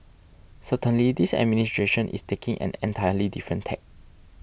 certainly this administration is taking an entirely different tack